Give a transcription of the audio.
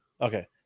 Okay